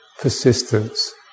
persistence